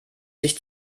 sich